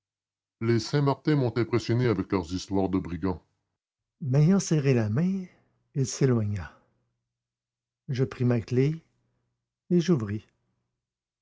les saint-martin m'ont impressionné avec leurs histoires de brigands m'ayant serré la main il s'éloigna je pris ma clef et